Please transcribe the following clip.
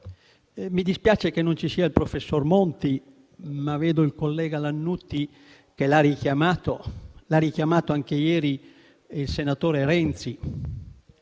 Mi dispiace che non ci sia il professor Monti, ma vedo il collega Lannutti che l'ha richiamato. Anche ieri il senatore Renzi